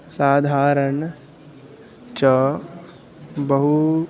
साधारण्ं च बहु